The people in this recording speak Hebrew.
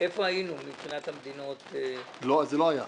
איפה היינו מבחינת המדינות -- זה לא היה.